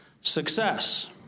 success